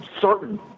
certain